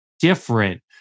different